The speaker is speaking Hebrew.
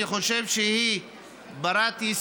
אני חושבת שהיא בת-יישום,